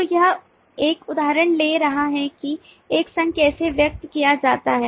तो यह एक उदाहरण ले रहा है कि एक संघ कैसे व्यक्त किया जाता है